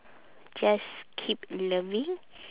just keep loving